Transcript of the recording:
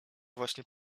właśnie